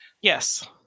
Yes